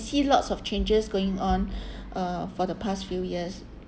see lots of changes going on uh for the past few years